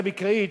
המקראית,